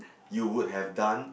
you would have done